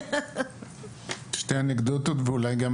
שתי אנקדוטות ואולי גם